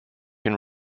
and